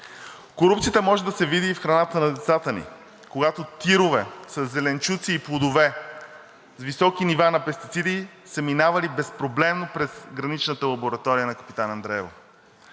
Корупцията може да се види и в храната на децата ни, когато тирове със зеленчуци и плодове с високи нива на пестициди са минавали безпроблемно през граничната лаборатория на Капитан Андреево.